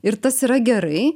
ir tas yra gerai